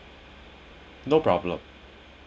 no problem